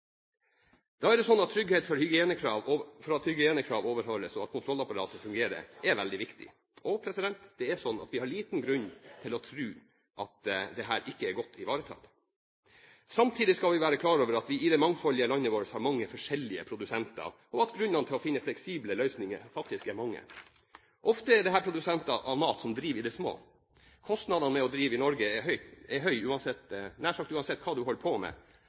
Da er trygghet for at hygienekrav overholdes og kontrollapparatet fungerer, veldig viktig. Vi har liten grunn til å tro at dette ikke er godt ivaretatt. Samtidig skal vi være klar over at vi i det mangfoldige landet vårt har mange forskjellige produsenter, og at grunnene til å finne fleksible løsninger faktisk er mange. Ofte er dette produsenter av mat som driver i det små. Kostnadene ved å drive i Norge er høye nær sagt uansett hva du holder på med.